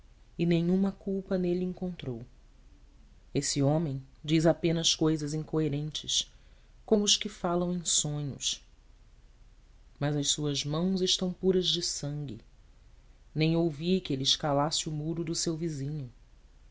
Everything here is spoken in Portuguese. e nenhuma culpa nele encontrou esse homem diz apenas cousas incoerentes como os que falam em sonhos mas as suas mãos estão puras de sangue nem ouvi que ele escalasse o muro do seu vizinho